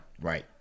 Right